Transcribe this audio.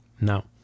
now